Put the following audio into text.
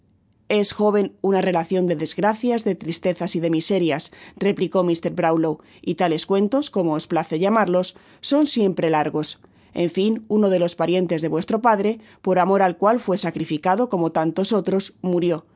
es joven una relacion de desgracias de tristezas y de miserias replicó mr brownlow y tales cuentos como os place llamarlos son siempre largos en fin uno délos parientes de vuestro padre por amor al cual fué sacrificado como tantos otros murió